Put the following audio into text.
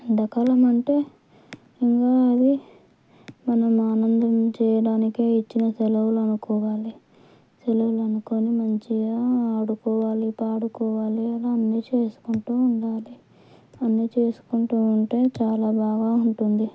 ఎండాకాలం అంటే ఇంకా అది మనం ఆనందం చేయడానికే ఇచ్చిన సెలవులు అనుకోవాలి సెలవులు అనుకొని మంచిగా ఆడుకోవాలి పాడుకోవాలి అలా అన్నీ చేసుకుంటూ ఉండాలి అన్నీ చేసుకుంటూ ఉంటే చాలా బాగా ఉంటుంది